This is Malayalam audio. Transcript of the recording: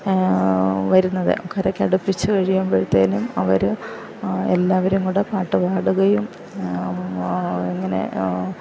വരുന്നത് കരക്ക് അടുപ്പിച്ച് കഴിയുമ്പഴത്തേക്കും അവർ എല്ലാവരും കൂടെ പാട്ട് പാടുകയും ഇങ്ങനെ